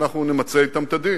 ואנחנו נמצה אתם את הדין.